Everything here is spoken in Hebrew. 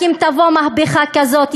רק אם תבוא מהפכה כזאת,